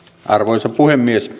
arvoisa puhemies